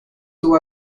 tuvo